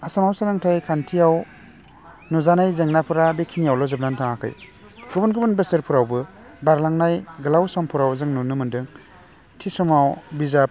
आसामाव सोलोंथाइ खान्थियाव नुजानाय जेंनाफ्रा बेखिनियावल' जोबनानै थाङाखै गुबुन गुबुन बोसोरफ्रावबो बारलांनाय गोलाव समफोराव जों नुनो मोनदों थि समाव बिजाब